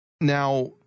Now